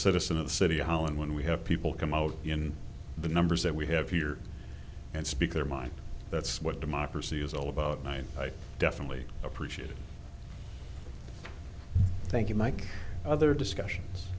citizen of the city hall and when we have people come out in the numbers that we have here and speak their mind that's what democracy is all about nine i definitely appreciate it thank you mike other discussion